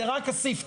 זה רק הספתח,